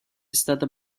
stata